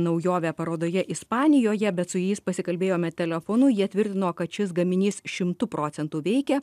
naujovę parodoje ispanijoje bet su jais pasikalbėjome telefonu jie tvirtino kad šis gaminys šimtu procentų veikia